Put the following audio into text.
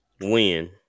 Win